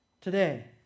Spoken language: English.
today